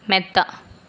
മെത്ത